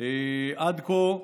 עד כה,